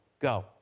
go